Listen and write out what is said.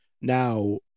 Now